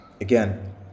again